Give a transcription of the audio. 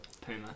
Puma